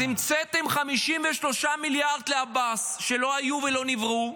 אז המצאתם 53 מיליארד לעבאס שלא היו ולא נבראו